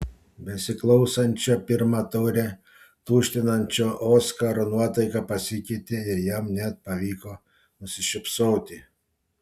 besiklausančio pirmą taurę tuštinančio oskaro nuotaika pasikeitė ir jam net pavyko nusišypsoti